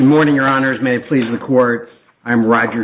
morning your honors may please the court i'm roger